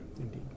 indeed